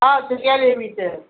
હા જગ્યા લેવી છે